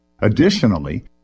Additionally